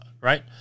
right